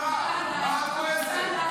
מה את כועסת?